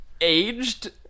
aged